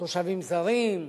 תושבים זרים,